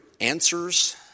answers